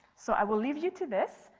so i will leave you to this.